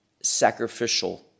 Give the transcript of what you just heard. sacrificial